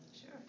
Sure